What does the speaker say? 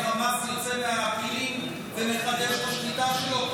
החמאס יוצא מהפירים ומחדש את השליטה שלו,